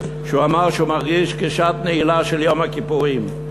שהוא אמר שהוא מרגיש כשעת נעילה של יום הכיפורים.